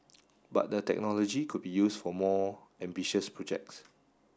but the technology could be used for more ambitious projects